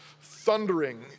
thundering